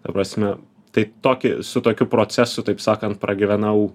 ta prasme tai tokį su tokiu procesu taip sakan pragyvenau